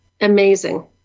amazing